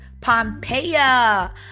pompeia